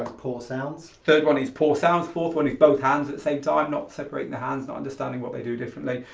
ah poor sounds. third one is poor sounds. fourth one is both hands at the same time, not separating the hands, not understanding what they do differently.